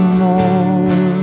more